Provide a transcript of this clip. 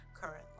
currently